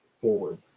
forward